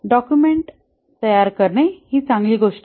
document तयार करणे हि चांगली गोष्ट आहे